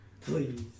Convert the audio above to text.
please